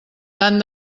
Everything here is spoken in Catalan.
tant